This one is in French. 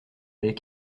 allait